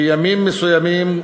בימים מסוימים,